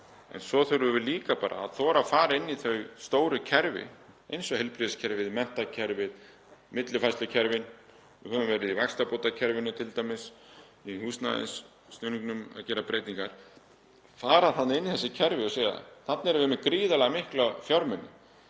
Svo þurfum við líka bara að þora að fara inn í þau stóru kerfi eins og heilbrigðiskerfið, menntakerfið, millifærslukerfin, við höfum verið í vaxtabótakerfinu t.d., í húsnæðisstuðningnum, og gera breytingar, fara þarna inn í þessi kerfi og segja: Þarna erum við með gríðarlega mikla fjármuni,